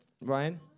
Ryan